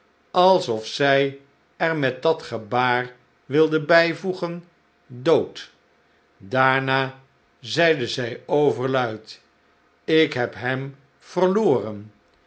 alsof zij er met dat gebaar wilde bijvoegen dood daarna zeide zij overluid ikhebhem verloren